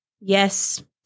yes